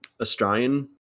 Australian